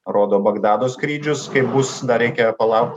rodo bagdado skrydžius kaip bus dar reikia palaukt